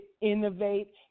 innovate